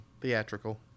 Theatrical